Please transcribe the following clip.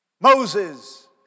Moses